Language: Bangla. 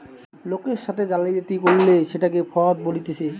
লোকের সাথে জালিয়াতি করলে সেটকে ফ্রড বলতিছে